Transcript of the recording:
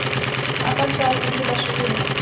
असम चाय के लिए मशहूर है